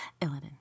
Illidan